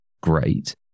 great